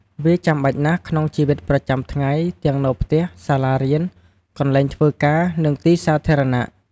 វាចាំបាច់ណាស់ក្នុងជីវិតប្រចាំថ្ងៃទាំងនៅផ្ទះ សាលារៀន កន្លែងធ្វើការ និងទីសាធារណៈ។